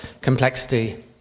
complexity